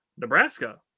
Nebraska